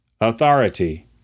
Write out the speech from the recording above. authority